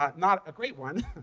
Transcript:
not not a great one.